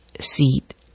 seat